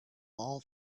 all